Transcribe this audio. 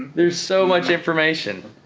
there's so much information.